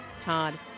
Todd